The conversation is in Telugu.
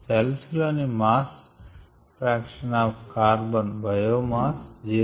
సెల్స్ లోని mass fraction of carbon biomass 0